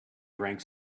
drank